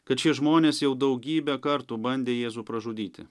kad šie žmonės jau daugybę kartų bandė jėzų pražudyti